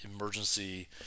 emergency